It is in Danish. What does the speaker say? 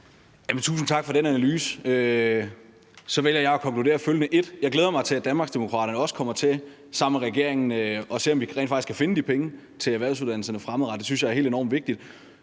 tusind tak for den analyse. Så vælger jeg at konkludere følgende: Jeg glæder mig til, at Danmarksdemokraterne også kommer til sammen med regeringen at se, om vi rent faktisk kan finde de penge til erhvervsuddannelserne fremadrettet – det synes jeg er helt enormt vigtigt.